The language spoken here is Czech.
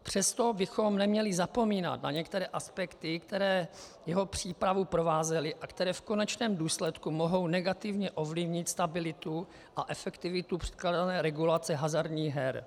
Přesto bychom neměli zapomínat na některé aspekty, které jeho přípravu provázely a které v konečném důsledku mohou negativně ovlivnit stabilitu a efektivitu předkládané regulace hazardních her.